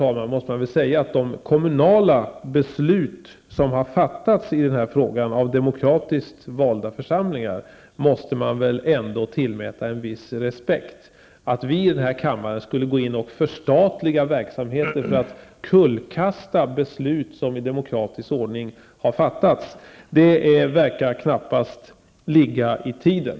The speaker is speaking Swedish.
Dessutom måste man väl ändå tillmäta de kommunala beslut som har fattats i denna fråga av demokratiskt valda församlingar en viss respekt. Att vi i denna kammare skulle gå in och förstatliga verksamheter och kullkasta beslut som har fattats i demokratisk ordning verkar knappast ligga i tiden.